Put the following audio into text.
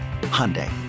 Hyundai